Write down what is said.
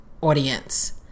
audience